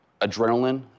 adrenaline